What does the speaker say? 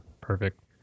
perfect